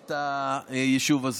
את היישוב הזה.